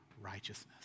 righteousness